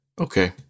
Okay